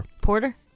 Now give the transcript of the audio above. Porter